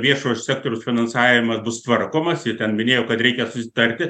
viešojo sektoriaus finansavimas bus tvarkomas ji ten minėjo kad reikia susitarti